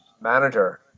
manager